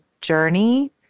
journey